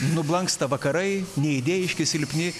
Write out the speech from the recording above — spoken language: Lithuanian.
nublanksta vakarai neidėjiški silpni